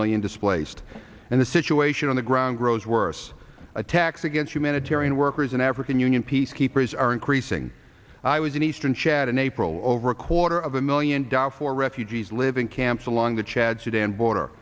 million displaced and the situation on the ground grows worse attacks against humanitarian workers and african union peacekeepers are increasing i was in eastern chad in april over a quarter of a million darfur refugees live in camps along the chad sudan border